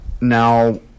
Now